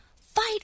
Fight